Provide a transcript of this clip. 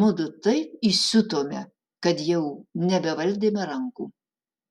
mudu taip įsiutome kad jau nebevaldėme rankų